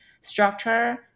structure